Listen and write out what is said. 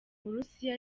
burusiya